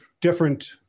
different